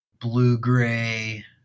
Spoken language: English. blue-gray